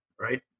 Right